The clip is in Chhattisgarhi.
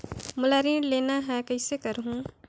मोला ऋण लेना ह, कइसे करहुँ?